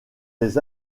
les